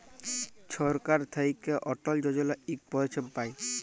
ছরকার থ্যাইকে অটল যজলা ইক পরিছেবা পায়